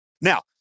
Now